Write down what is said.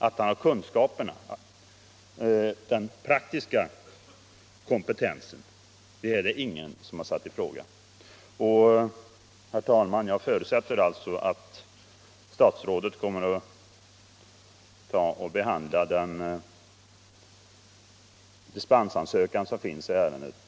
Att han har den praktiska kompetensen har ingen satt i fråga. Herr talman! Jag förutsätter alltså att statsrådet kommer att med välvilja behandla den dispensansökan som finns i ärendet.